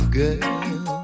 girl